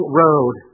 road